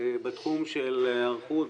בתחום של היערכות,